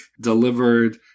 delivered